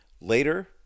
later